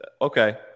Okay